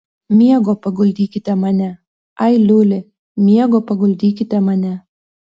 miego paguldykite mane ai liuli miego paguldykite mane